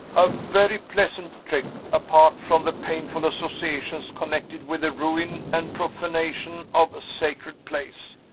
a very pleasant trip apart from the painful associations connected with the ruin and profanation of a sacred place.